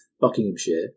Buckinghamshire